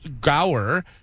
Gower